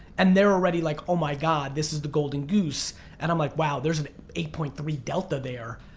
and they're already like oh my god, this is the golden goose and i'm like wow, there's eight point three delta there.